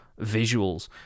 visuals